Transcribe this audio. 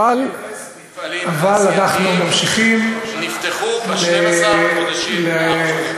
אפס מפעלים תעשייתיים שנפתחו ב-12 החודשים האחרונים.